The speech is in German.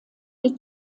sie